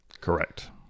Correct